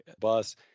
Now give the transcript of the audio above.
bus